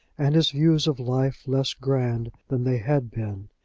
and his views of life less grand than they had been.